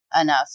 enough